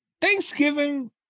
Thanksgiving